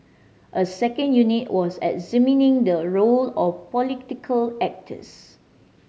a second unit was examining the role of political actors